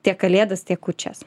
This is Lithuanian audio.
tiek kalėdas tiek kūčias